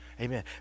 Amen